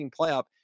playoff